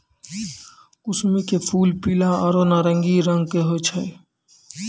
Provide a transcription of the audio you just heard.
कुसमी के फूल पीला आरो नारंगी रंग के होय छै